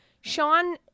Sean